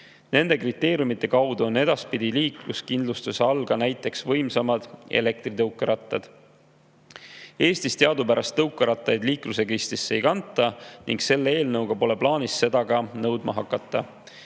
Nende kriteeriumide alusel on edaspidi liikluskindlustuse all ka näiteks võimsamad elektritõukerattad. Eestis teadupärast tõukerattaid liiklusregistrisse ei kanta ning selle eelnõuga pole plaanis seda ka nõudma hakata.